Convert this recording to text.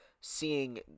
seeing